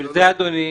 בגלל זה, אדוני,